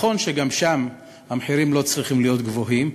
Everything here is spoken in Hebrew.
נכון שגם שם המחירים לא צריכים להיות גבוהים,